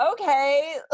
okay